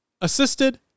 Assisted